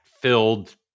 filled